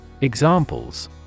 Examples